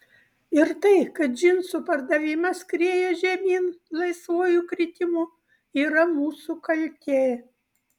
ir tai kad džinsų pardavimas skrieja žemyn laisvuoju kritimu yra mūsų kaltė